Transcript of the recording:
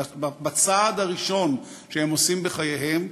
בצעד הראשון שהם עושים בחייהם,